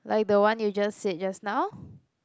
like the one you just said just now